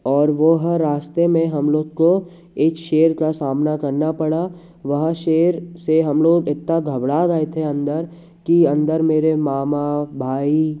और वह रास्ते में हम लोग को एक शेर का सामना करना पड़ा वहाँ शेर से हम लोग इतना घबड़ा गए थे अंदर कि अंदर मेरे मामा भाई